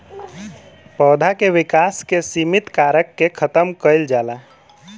पौधा के विकास के सिमित कारक के खतम कईल जाला